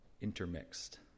intermixed